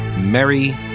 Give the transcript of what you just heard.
merry